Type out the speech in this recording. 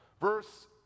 Verse